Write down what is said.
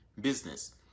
business